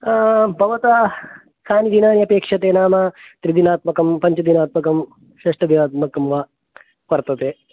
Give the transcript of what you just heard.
भवता कानि दिनानि अपेक्षते नाम त्रिदिनात्मकं पञ्चदिनात्मकं षड्दिनात्मकं वा वर्तते